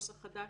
התשל"ט-1979,